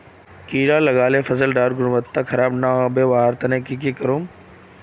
कीड़ा लगाले फसल डार गुणवत्ता खराब ना होबे वहार केते की करूम?